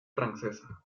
francesa